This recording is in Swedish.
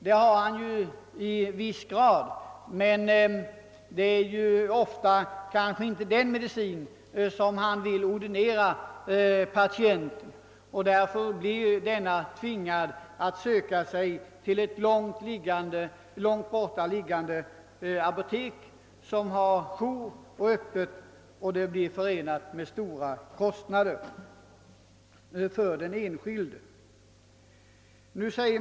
Det har han i viss mån, men det är ofta inte den medicin som han vill ordinera patienten. Därför blir denne tvingad att söka sig till ett långt bort liggande apotek, som har jour och alltså är Ööppet. Det blir förenat med stora kostnader för den enskilde.